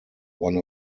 one